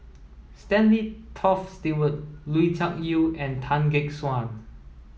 Stanley Toft Stewart Lui Tuck Yew and Tan Gek Suan